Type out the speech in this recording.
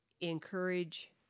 encourage